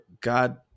God